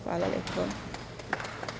Hvala lepo.